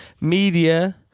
media